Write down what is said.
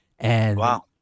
Wow